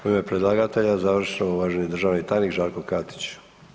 U ime predlagatelja završno, uvaženi državni tajnik, Žarko Katić.